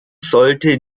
sollte